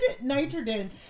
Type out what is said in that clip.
nitrogen